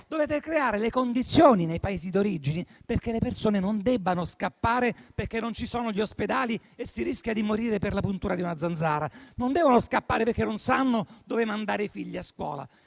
Dovete creare le condizioni, nei Paesi d'origine, affinché le persone non debbano scappare perché non ci sono gli ospedali e si rischia di morire per la puntura di una zanzara, perché non sanno dove mandare i figli a scuola